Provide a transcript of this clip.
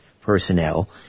personnel